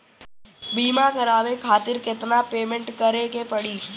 बीमा करावे खातिर केतना पेमेंट करे के पड़ी?